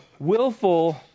Willful